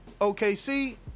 OKC